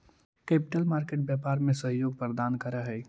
capital market व्यापार में सहयोग प्रदान करऽ हई